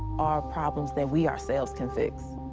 are problems that we ourselves can fix.